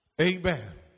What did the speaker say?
Amen